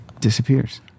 Disappears